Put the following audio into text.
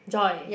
Joy